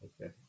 Okay